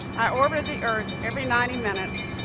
i orbited the earth every ninety minutes,